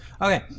okay